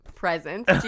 Present